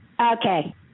Okay